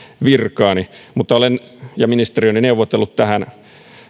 virkaani mutta olen ja ministeriöni on neuvotellut tähän